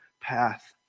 path